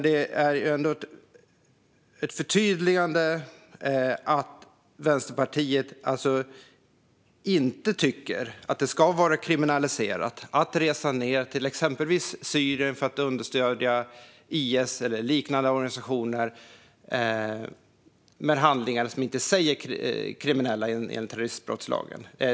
Det är dock ett förtydligande att Vänsterpartiet inte tycker att det ska vara kriminaliserat att resa till exempelvis Syrien för att understödja IS eller liknande organisationer genom handlingar som inte i sig är kriminella enligt terroristbrottslagen.